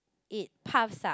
it puffs up